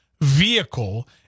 vehicle